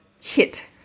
hit